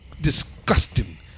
disgusting